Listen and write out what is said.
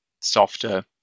softer